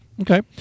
Okay